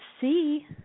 see